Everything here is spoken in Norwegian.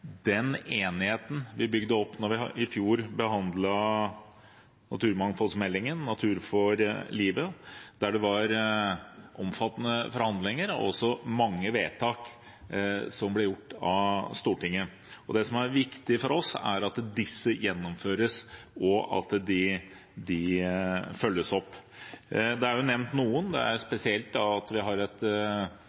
den enigheten vi bygde opp da vi i fjor behandlet naturmangfoldmeldingen Natur for livet, der det var omfattende forhandlinger og også mange vedtak som ble gjort av Stortinget. Det som er viktig for oss, er at disse gjennomføres, og at de følges opp. Det er nevnt noen, spesielt det at vi har et